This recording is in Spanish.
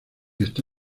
está